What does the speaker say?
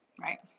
right